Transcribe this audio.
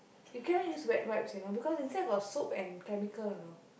you cannot use wet wipes you know because inside got soap and chemical you know